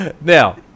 Now